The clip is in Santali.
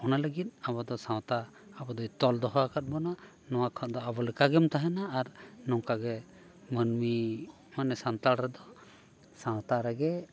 ᱚᱱᱟ ᱞᱟᱹᱜᱤᱫ ᱟᱵᱚ ᱫᱚ ᱥᱟᱶᱛᱟ ᱟᱵᱚ ᱫᱚᱭ ᱛᱚᱞ ᱫᱚᱦᱚ ᱟᱠᱟᱫ ᱵᱚᱱᱟ ᱱᱚᱣᱟ ᱠᱷᱚᱱ ᱫᱚ ᱟᱵᱚ ᱞᱮᱠᱟ ᱜᱮᱢ ᱛᱟᱦᱮᱱᱟ ᱟᱨ ᱱᱚᱝᱠᱟ ᱜᱮ ᱢᱟᱹᱱᱢᱤ ᱢᱟᱱᱮ ᱥᱟᱱᱛᱟᱲ ᱨᱮᱫᱚ ᱥᱟᱶᱛᱟ ᱨᱮᱜᱮ